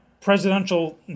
presidential